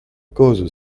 cause